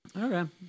Okay